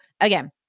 again